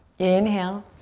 inhale.